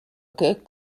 good